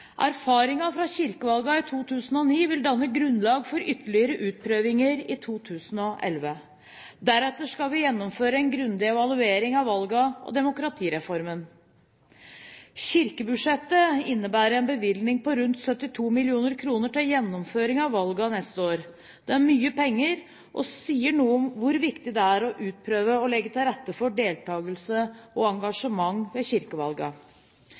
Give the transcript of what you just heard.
Erfaringene fra kirkevalgene i 2009 vil danne grunnlag for ytterligere utprøvinger i 2011. Deretter skal vi gjennomføre en grundig evaluering av valgene og demokratireformen. Kirkebudsjettet innebærer en bevilgning på rundt 72 mill. kr til gjennomføringen av valgene neste år. Det er mye penger og sier noe om hvor viktig det er å utprøve og legge til rette for deltakelse og engasjement ved